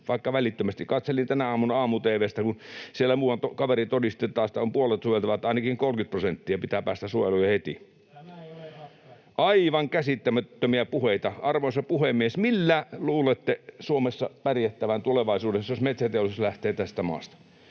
vaikka välittömästi. Katselin tänä aamuna aamu-tv:stä, kun siellä muuan kaveri todisti taas, että on puolet suojeltava, että ainakin 30 prosenttia pitää päästä suojeluun ja heti. [Tuomas Kettunen: Tämä ei ole ratkaisu!] Aivan käsittämättömiä puheita. Arvoisa puhemies! Millä luulette Suomessa pärjättävän tulevaisuudessa, jos metsäteollisuus lähtee tästä maasta?